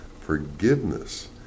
Forgiveness